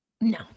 no